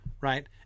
right